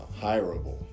hireable